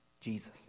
Jesus